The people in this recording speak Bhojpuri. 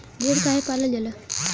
भेड़ काहे पालल जाला?